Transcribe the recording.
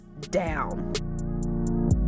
down